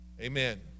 Amen